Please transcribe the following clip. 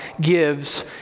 gives